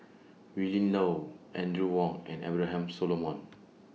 Willin Low Audrey Wong and Abraham Solomon